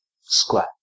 square